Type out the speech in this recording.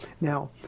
Now